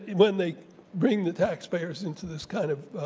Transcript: and when they bring the taxpayers into this kind of